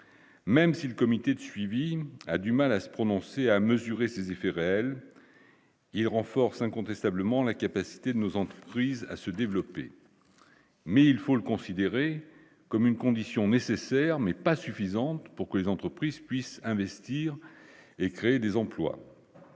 même si le comité de suivi a du mal à se prononcer, à mesurer ses effets réels, il renforce incontestablement la capacité de nos entreprises à se développer, mais il faut le considérer comme une condition nécessaire mais pas suffisante pour que les entreprises puissent investir et créer des emplois,